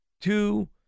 two